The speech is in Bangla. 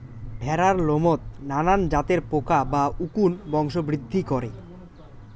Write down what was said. ভ্যাড়ার লোমত নানান জাতের পোকা বা উকুন বংশবৃদ্ধি করে